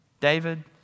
David